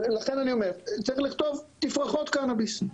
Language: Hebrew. צריך לכתוב: תפרחות קנאביס.